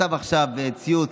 שכתב עכשיו ציוץ: